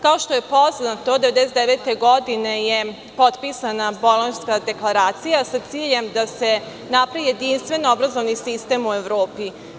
Kao što je poznato, 1999. godine je potpisana Bolonjska deklaracija sa ciljem da se napravi jedinstven obrazovni sistem u Evropi.